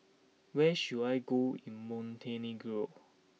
where should I go in Montenegro